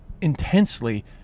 intensely